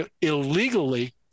illegally